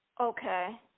okay